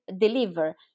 deliver